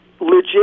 legit